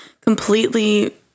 completely